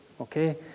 Okay